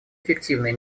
эффективные